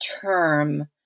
term